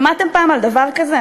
שמעתם פעם על דבר כזה?